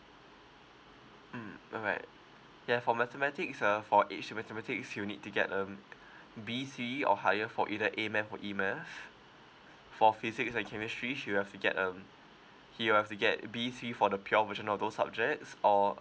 mm all right ya for mathematics uh for each mathematics you'll need to get um B C or higher for either A math or E math for physics and chemistry he'll have to get um he will have to get um B three for the pure version of those subjects or